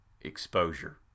exposure